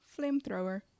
flamethrower